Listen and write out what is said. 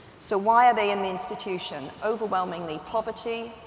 so, why are they in the institution? overwhelmingly poverty.